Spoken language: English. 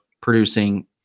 producing